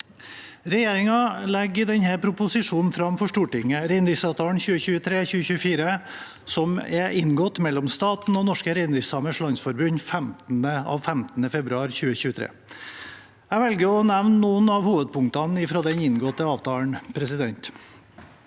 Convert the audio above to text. Regjeringen legger i denne proposisjonen fram for Stortinget Reindriftsavtalen 2023/2024 som er inngått mellom staten og Norske Reindriftsamers Landsforbund 15. februar 2023. Jeg velger å nevne noen av hovedpunktene fra den inngåtte avtalen.